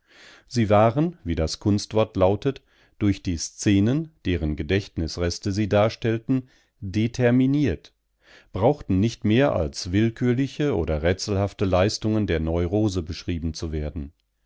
sie waren wie das kunstwort lautet durch die szenen deren gedächtnisreste sie darstellten determiniert brauchten nicht mehr als willkürliche oder rätselhafte leistungen der neurose beschrieben zu werden